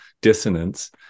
dissonance